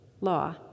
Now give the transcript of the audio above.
law